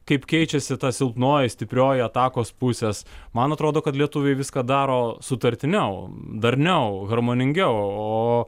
kaip keičiasi ta silpnoji stiprioji atakos pusės man atrodo kad lietuviai viską daro sutartiniau darniau harmoningiau o